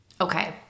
okay